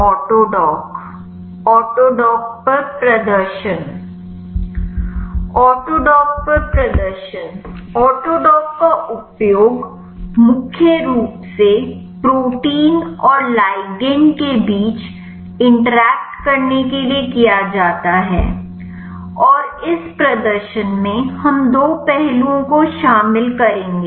AutoDock पर प्रदर्शन AutoDock का उपयोग मुख्य रूप से प्रोटीन और लिगंड के बीच इंटरैक्ट करने के लिए किया जाता है और इस प्रदर्शन में हम दो पहलुओं को शामिल करेंगे